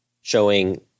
showing